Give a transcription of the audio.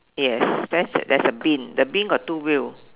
yes there's there is a bin the bin got two wheel